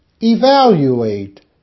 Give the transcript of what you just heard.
evaluate